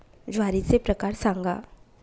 ज्वारीचे प्रकार सांगा